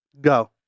Go